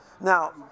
now